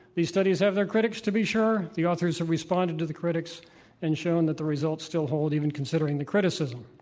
these studies have their critics to be sure. the authors have responded to the critics and shown that the results still hold, even considering the criticism.